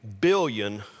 billion